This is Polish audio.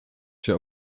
się